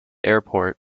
airport